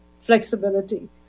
flexibility